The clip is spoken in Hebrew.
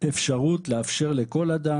אפשרות לכל אדם,